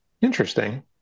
interesting